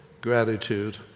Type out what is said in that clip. gratitude